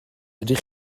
ydych